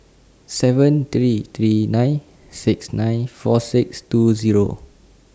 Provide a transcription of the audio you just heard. seven three three nine six nine four six two Zero